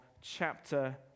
chapter